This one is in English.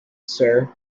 sir